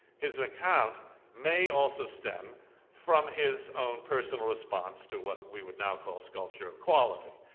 his account may also stem from his own personal response to what we would now call sculpture of quality.